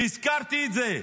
והזכרתי את זה.